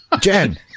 Jen